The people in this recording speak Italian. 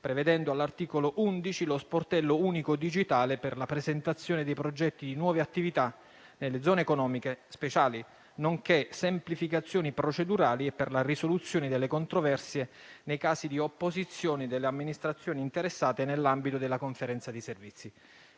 prevedendo all'articolo 11 lo sportello unico digitale per la presentazione dei progetti di nuove attività nelle zone economiche speciali, nonché semplificazioni procedurali per la risoluzione delle controversie nei casi di opposizione delle amministrazioni interessate nell'ambito della Conferenza dei servizi.